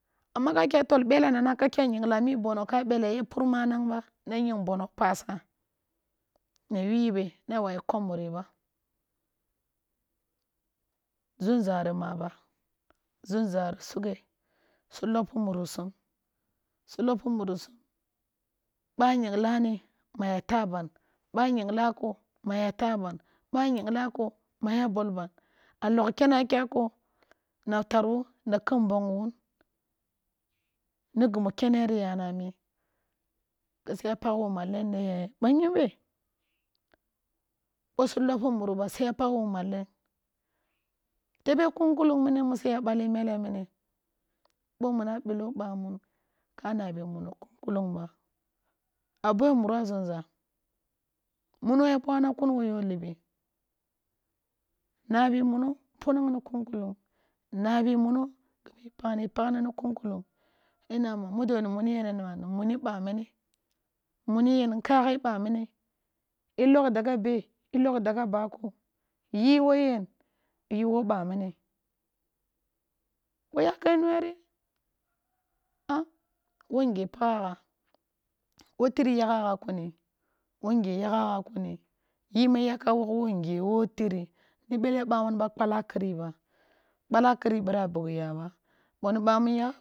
Ama akya tọl ɓḛlḛ nana ka kya nyingla miibọnọ ka bḛlḛ ya pur maanamg ba nan ying bọnọ paasa na yu yebe na wayi kọm muri ba azumza ri maa ba, zumza ri sughe si lọppi muri sum, si lọppi muri sum, ba nyingla na nay a taaban, ba nyingla ko nay a taaban, ba nyigla ko na ya bọlban a lọgh kyḛnḛ a kya ko ko na tar wun na kḛb mbọngi wun nig imu kyḛnḛ m yana amii ki su ya pagh wan malḛnoḛ banyinbi? Bo su lọppi muru bas u ya pagh wan malen tebe kan kulung mini mu siya bale mele mini bo mini abilo bamun ka nabi mundi kun kulung ba a bo muru a zumza, muno ya bwana kun wo yo libi. Nabi muno punang ni kun kulung, nabi muno paghna ni kun kulung. Ya na ma mud oni muni yen? Na ma ni muni ba mini, muni yen? Ni kaaghii ba mini. I lọgh dagga be? Yi wo ba mini. Ba yakenueri wo nggye paghagha, wotri yaghagha kuni, wo nggye yaghagha kuni, yi ma i yakam a wọgh wo nggye wo tri. Ni bele ba mun ba kpala kri ba, kpala kri bira bughi y aba. Bo ni